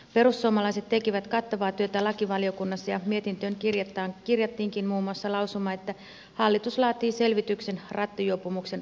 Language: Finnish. perussuomalaiset tekivät kattavaa työtä lakivaliokunnassa ja mietintöön kirjattiinkin muun muassa lausuma että hallitus laatii selvityksen rattijuopumuksen rangaistuskäytännöstä